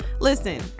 Listen